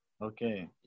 Okay